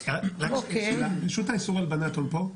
רשות האיסור הלבנת הון פה?